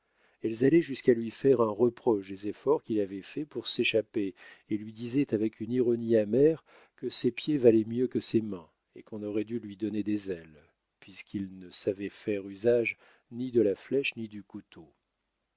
elles allaient jusqu'à lui faire un reproche des efforts qu'il avait faits pour s'échapper et lui disaient avec une ironie amère que ses pieds valaient mieux que ses mains et qu'on aurait du lui donner des ailes puisqu'il ne savait faire usage ni de la flèche ni du couteau